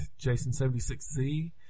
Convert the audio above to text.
jason76z